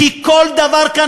כי כל דבר כאן,